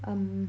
um